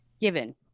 given